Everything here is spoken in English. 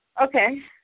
Okay